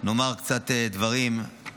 קצת דברים.